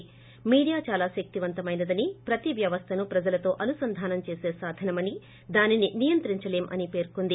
media చాలా శక్తివంతమైదని ప్రతి వ్యవస్దను ప్రజలతో అనుసంధానం చేస సాధనమని దానిని నియంత్రించలేం అని పేర్కొంది